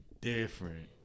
different